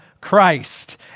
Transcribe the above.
Christ